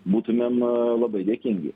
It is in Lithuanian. būtumėm labai dėkingi